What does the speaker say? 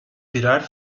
birer